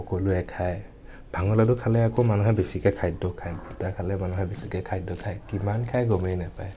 সকলোৱে খায় ভাঙৰ লাড়ু খালে আকৌ মানুহে বেছিকৈ খাদ্য় খায় ঘোটা খালে মানুহে বেছিকৈ খাদ্য় খায় কিমান খায় গমেই নাপায়